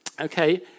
Okay